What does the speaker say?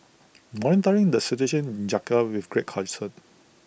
monitoring the situation in Jakarta with great concern